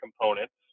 components